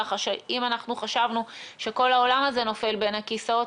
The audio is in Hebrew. כך שאם אנחנו חשבנו שכל העולם הזה נופל בין הכיסאות,